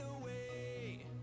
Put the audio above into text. away